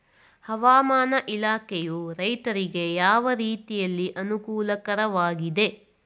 ಹವಾಮಾನ ಇಲಾಖೆಯು ರೈತರಿಗೆ ಯಾವ ರೀತಿಯಲ್ಲಿ ಅನುಕೂಲಕರವಾಗಿದೆ?